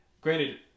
granted